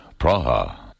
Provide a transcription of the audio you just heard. Praha